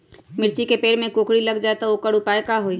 मिर्ची के पेड़ में कोकरी लग जाये त वोकर उपाय का होई?